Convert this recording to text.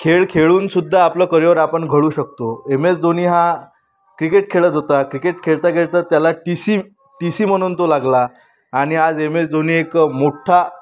खेळ खेळूनसुद्धा आपलं करिअर आपण घडवू शकतो एम एस धोनी हा क्रिकेट खेळत होता क्रिकेट खेळता खेळता त्याला टी सी टी सी म्हणून तो लागला आणि आज एम एस धोनी एक मोठा